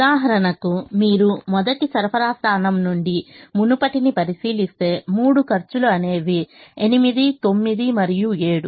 ఉదాహరణకు మీరు మొదటి సరఫరా స్థానం నుండి మునుపటిని పరిశీలిస్తే మూడు ఖర్చులు అనేవి 8 9 మరియు 7